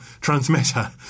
transmitter